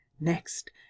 Next